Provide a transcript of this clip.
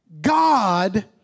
God